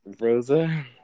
Rosa